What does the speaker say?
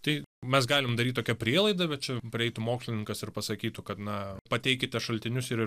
tai mes galim daryt tokią prielaidą bet čia praeitų mokslininkas ir pasakytų kad na pateikite šaltinius ir